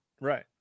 right